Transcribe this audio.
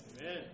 Amen